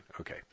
Okay